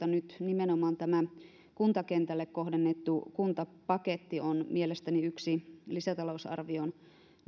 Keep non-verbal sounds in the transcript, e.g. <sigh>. <unintelligible> nyt nimenomaan tämä kuntakentälle kohdennettu kuntapaketti on mielestäni yksi lisätalousarvioon